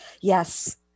Yes